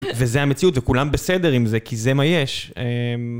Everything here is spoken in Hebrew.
וזה המציאות, וכולם בסדר עם זה, כי זה מה יש.